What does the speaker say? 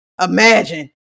imagine